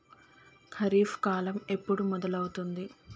ఖరీఫ్ కాలం ఎప్పుడు మొదలవుతుంది?